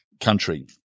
country